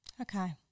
Okay